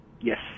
Yes